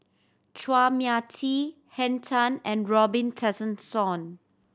Chua Mia Tee Henn Tan and Robin Tessensohn